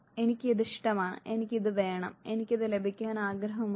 എനിക്ക് ഇത് ഇഷ്ടമാണ് എനിക്ക് ഇത് വേണം എനിക്ക് ഇത് ലഭിക്കാൻ ആഗ്രഹമുണ്ട്